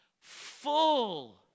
Full